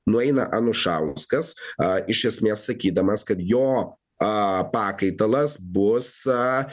nueina anušauskas iš esmės sakydamas kad jo pakaitalas bus